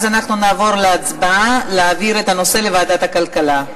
אנחנו נעבור להצבעה על העברת הנושא לוועדת הכלכלה.